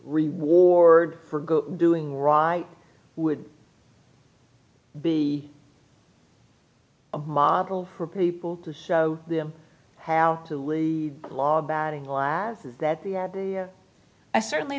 reward for doing right would be a model for people to show them how to lead law batting last is that the idea i certainly